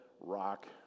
rock